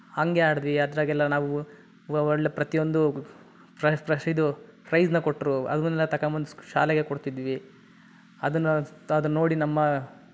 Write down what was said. ಹಾಗೇ ಆಡಿದ್ವಿ ಅದರಗೆಲ್ಲ ನಾವು ವ ಒಳ್ಳೆಯ ಪ್ರತಿಯೊಂದು ಇದು ಪ್ರೈಝ್ನ ಕೊಟ್ಟರು ಅದನ್ನ ತಕಬಂದು ಶಾಲೆಗೆ ಕೊಡ್ತಿದ್ವಿ ಅದನ್ನು ತ ನೋಡಿ ನಮ್ಮ